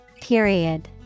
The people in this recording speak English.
Period